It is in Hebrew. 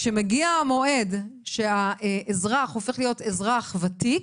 כשמגיע המועד שהאזרח הופך להיות אזרח ותיק,